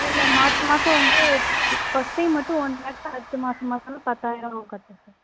இல்லை இல்லை மாதம் மாதம் வந்து ஃபஸ்ட் டைம் மட்டும் ஒன் லேக் அடுத்து மாதா மாதம் வந்து பத்தாயிரம் கட்டுறேன் சார்